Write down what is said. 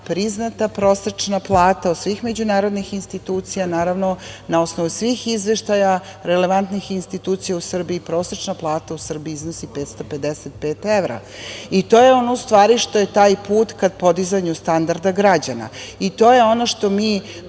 priznata prosečna plata od svih međunarodnih institucija, naravno na osnovu svih izveštaja relevantnih institucija u Srbiji, prosečna plata u Srbiji iznosi 555 evra. To je ono što je taj put, ka podizanju standarda građana. To je ono što mi